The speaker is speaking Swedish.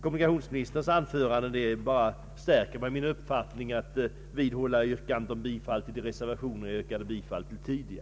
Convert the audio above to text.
Kommunikationsministerns anförande har endast stärkt mig i min uppfattning, och jag vidhåller mitt yrkande om bifall till de reservationer som jag redan tidigare yrkat bifall till.